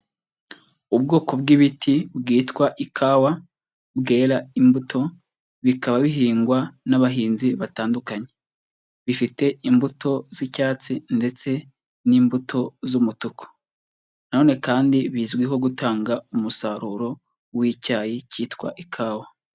Ubwoko bw'ibiti bwitwa ikawa bwera imbuto, bikaba bihingwa n'abahinzi batandukanye; bifite imbuto z'icyatsi ndetse n'imbuto z'umutuku, nanone kandi bizwiho gutanga umusaruro w'icyayi cyitwa ikawa.